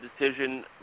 decision